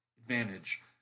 advantage